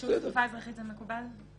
--- רשות התעופה האזרחית זה מקובל?